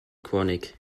chronic